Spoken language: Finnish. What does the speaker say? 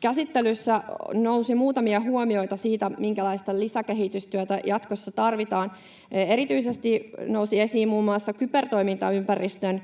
käsittelyssä nousi muutamia huomioita siitä, minkälaista lisäkehitystyötä jatkossa tarvitaan. Erityisesti nousi esiin muun muassa kybertoimintaympäristön